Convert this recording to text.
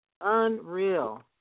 Unreal